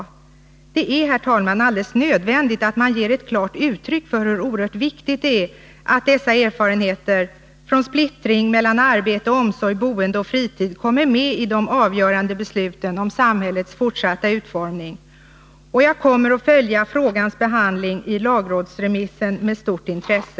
Nr 22 Det är, herr talman, alldeles nödvändigt att man ger ett klart uttryck för hur oerhört viktigt det är att dessa erfarenheter från splittring mellan arbete, omsorg, boende och fritid kommer med i de avgörande besluten om samhällets fortsatta utformning. Jag kommer att följa frågans behandling genom lagrådsremissen med stort intresse.